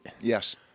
Yes